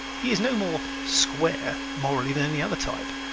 he is no more square morally than any other type,